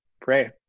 pray